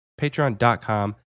patreon.com